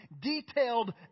detailed